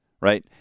right